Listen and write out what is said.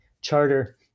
charter